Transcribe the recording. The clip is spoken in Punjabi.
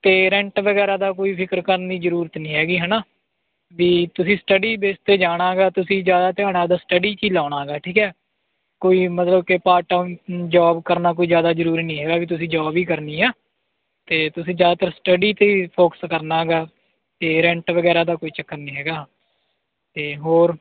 ਅਤੇ ਰੈਂਟ ਵਗੈਰਾ ਦਾ ਕੋਈ ਫਿਕਰ ਕਰਨ ਦੀ ਜ਼ਰੂਰਤ ਨਹੀਂ ਹੈਗੀ ਹੈ ਨਾ ਵੀ ਤੁਸੀਂ ਸਟੱਡੀ ਬੇਸ 'ਤੇ ਜਾਣਾ ਹੈਗਾ ਤੁਸੀਂ ਜ਼ਿਆਦਾ ਧਿਆਨ ਆਪਣਾ ਸਟੱਡੀ 'ਚ ਹੀ ਲਗਾਉਣਾ ਹੈਗਾ ਠੀਕ ਹੈ ਕੋਈ ਮਤਲਬ ਕਿ ਪਾਰਟ ਟਾਈਮ ਜੋਬ ਕਰਨਾ ਕੋਈ ਜ਼ਿਆਦਾ ਜ਼ਰੂਰੀ ਨਹੀਂ ਹੈਗਾ ਕਿ ਤੁਸੀਂ ਜੋਬ ਹੀ ਕਰਨੀ ਆ ਅਤੇ ਤੁਸੀਂ ਜ਼ਿਆਦਾਤਰ ਸਟੱਡੀ 'ਤੇ ਫੋਕਸ ਕਰਨਾ ਗਾ ਅਤੇ ਰੈਂਟ ਵਗੈਰਾ ਦਾ ਕੋਈ ਚੱਕਰ ਨਹੀਂ ਹੈਗਾ ਅਤੇ ਹੋਰ